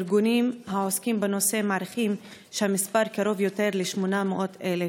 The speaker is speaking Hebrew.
ארגונים שעוסקים בנושא מעריכים שהמספר קרוב יותר ל-800,000.